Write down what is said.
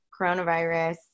coronavirus